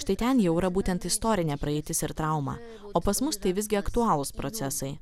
štai ten jau yra būtent istorinė praeitis ir traumą o pas mus tai visgi aktualūs procesai